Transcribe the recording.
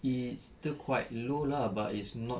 it's still quite low lah but it's not